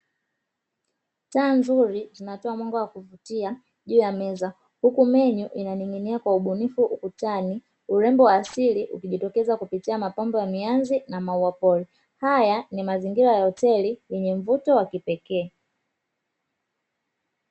Taa nzuri zinatoa mwanga wa kuvutia juu ya meza, huku menyu inaning’inia kwa ubunifu ukutani. Urembo wa asili ukijitokeza kupitia mapambo ya mianzi na maua pori. Haya ni mazingira ya hoteli yenye mvuto wa kipekee.